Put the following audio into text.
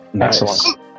Excellent